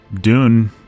Dune